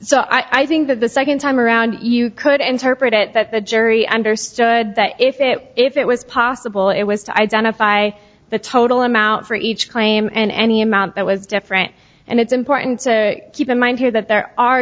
so i think that the second time around you could interpret it that the jury understood that if it if it was possible it was to identify the total amount for each claim and any amount that was different and it's important to keep in mind here that there are